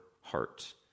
heart